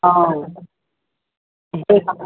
অঁ